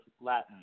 Latin